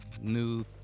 new